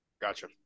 Gotcha